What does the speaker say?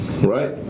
right